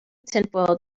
tinfoil